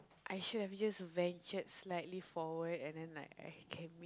I should have just ventured slightly forward and then like I can